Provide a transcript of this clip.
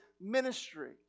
ministry